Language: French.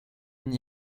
n’y